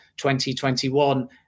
2021